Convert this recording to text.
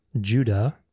Judah